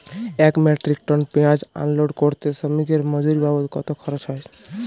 এক metric ton পেঁয়াজ unload করতে শ্রমিকের মজুরি বাবদ কত খরচ হয়?